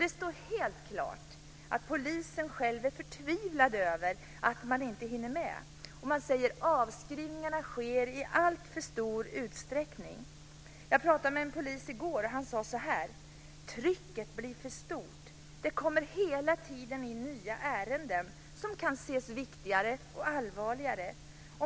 Det står helt klart att polisen själv är förtvivlad över att man inte hinner med. Man säger att avskrivningar sker i alltför stor utsträckning. Jag pratade med en polis i går. Han sade så här: Trycket blir för stort. Det kommer hela tiden in nya ärenden som kan ses som viktigare och allvarligare.